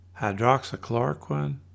hydroxychloroquine